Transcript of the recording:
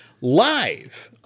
live